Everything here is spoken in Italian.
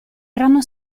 erano